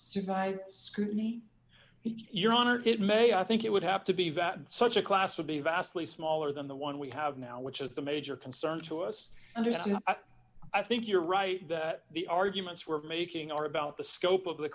supervised scrutiny your honor kid may i think it would have to be that such a class would be vastly smaller than the one we have now which is a major concern to us and i think you're right that the arguments we're making are about the scope of the